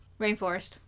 Rainforest